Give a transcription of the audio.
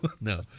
No